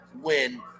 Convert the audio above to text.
win